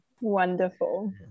Wonderful